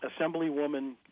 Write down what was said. Assemblywoman